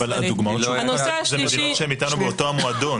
אבל הדוגמאות שנתת זה מדינות שהן איתנו באותו מועדון.